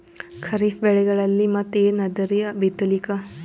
ಖರೀಫ್ ಬೆಳೆಗಳಲ್ಲಿ ಮತ್ ಏನ್ ಅದರೀ ಬಿತ್ತಲಿಕ್?